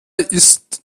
ist